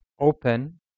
open